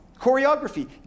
Choreography